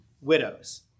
widows